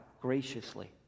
graciously